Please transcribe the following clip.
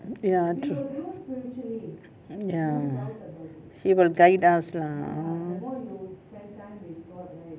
ya true ya he will guide us lah uh